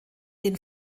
den